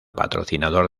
patrocinador